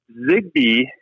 Zigbee